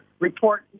report